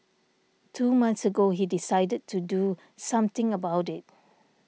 two months ago he decided to do something about it